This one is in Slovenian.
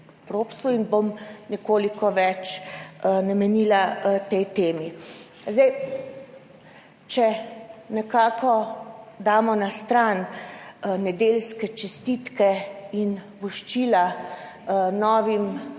in bom nekoliko več namenila tej temi. Zdaj, če nekako damo na stran nedeljske čestitke in voščila novim